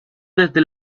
desde